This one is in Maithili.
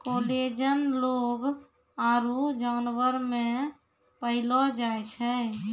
कोलेजन लोग आरु जानवर मे पैलो जाय छै